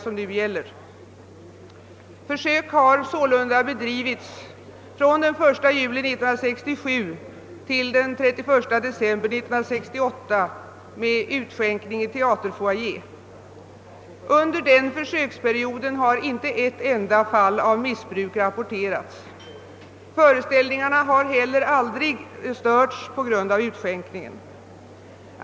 Försök med utskänkning i teaterfoajé har sålunda bedrivits från den 1 juli 1967 till den 31 december 1968. Under försöksperioden har inte ett enda fall av missbruk rapporterats. Föreställningarna har heller aldrig störts på grund av utskänkningen.